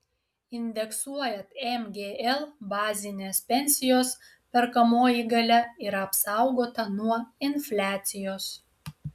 indeksuojant mgl bazinės pensijos perkamoji galia yra apsaugota nuo infliacijos